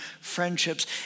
friendships